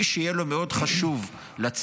מי שיהיה לו מאוד חשוב לצאת,